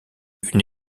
une